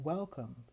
Welcome